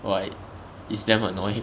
!wah! it's damn annoying